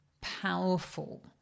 powerful